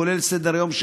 כולל סדר-יום,